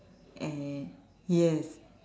and yes